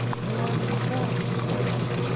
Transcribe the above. you are not! cried alice.